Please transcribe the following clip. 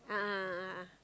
a'ah a'ah ah